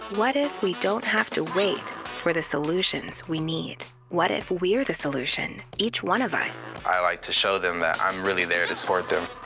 what if we don't have to wait for the solutions we need? what if we're the solution, each one of us. i like to show them that i'm really there to support them.